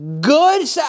Good